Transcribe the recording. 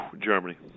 Germany